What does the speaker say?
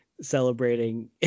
Celebrating